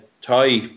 Thai